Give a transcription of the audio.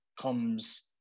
comes